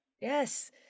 yes